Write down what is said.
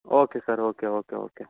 okay sir okay okay okay